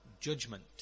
judgment